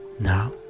Now